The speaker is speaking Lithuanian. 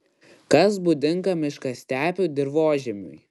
kas būdinga miškastepių dirvožemiui